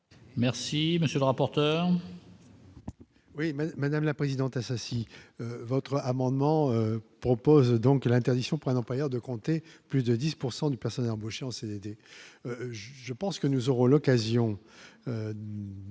Merci, monsieur le rapporteur.